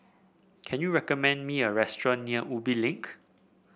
can you recommend me a restaurant near Ubi Link